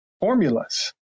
formulas